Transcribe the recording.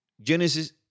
Genesis